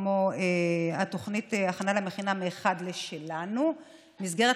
כמו תוכנית הכנה למכינה "אחד משלנו" מסגרת